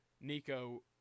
Nico